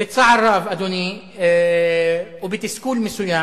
בצער רב, אדוני, ובתסכול מסוים,